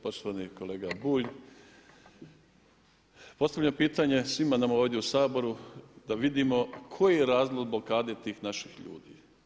Poštovani kolega Bulj postavljam pitanje svima nama ovdje u Saboru da vidimo koji je razlog blokade tih naših ljudi.